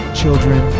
children